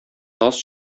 таз